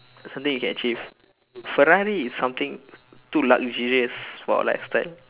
something you can achieve ferrari is something too luxurious for a lifestyle